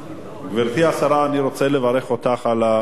גברתי השרה, אני רוצה לברך אותך על החוק,